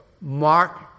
Mark